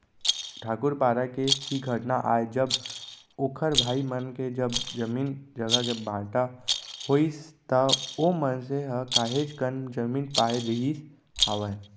ठाकूर पारा के ही घटना आय जब ओखर भाई मन के जब जमीन जघा के बाँटा होइस त ओ मनसे ह काहेच कन जमीन पाय रहिस हावय